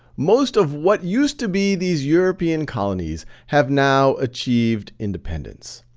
most of what used to be these european colonies have now achieved independence.